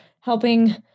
helping